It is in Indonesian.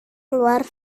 keluar